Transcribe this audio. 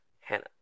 Hannah